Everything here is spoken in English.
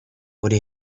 would